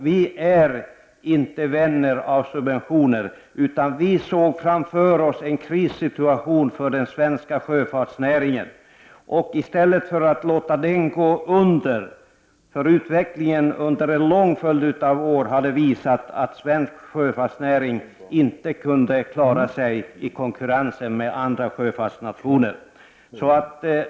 Vi är inte vänner av subventioner, utan vi såg framför oss en krissituation för den svenska sjöfartsnäringen. Utvecklingen under en lång följd av år hade visat att svensk sjöfartsnäring inte kunde klara sig i konkurrensen med andra sjöfartsnationer.